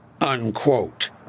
Unquote